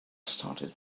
started